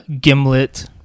Gimlet